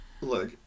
look